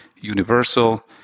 universal